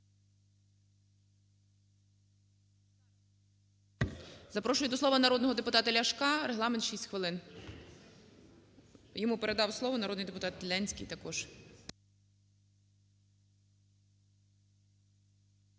Запрошую до слова народного депутата Ляшка, регламент - 6 хвилин. Йому передав слово народний депутат Ленській також.